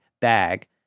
bag